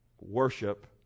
worship